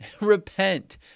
Repent